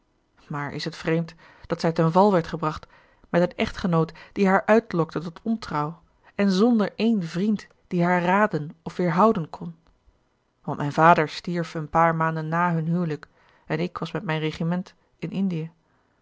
maar is het vreemd dat zij ten val werd gebracht met een echtgenoot die haar uitlokte tot ontrouw en zonder één vriend die haar raden of weerhouden kon want mijn vader stierf een paar maanden na hun huwelijk en ik was met mijn regiment in indië